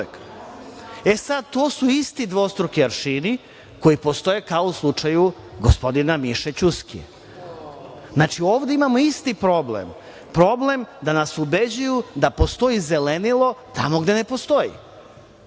za uvek. To su isti dvostruki aršini koji postoje kao u slučaju gospodina Miše Ćuskije. Znači, ovde imamo isti problem, problem da nas ubeđuju da postoji zelenilo tamo gde ne postoji.